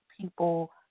people